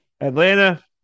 Atlanta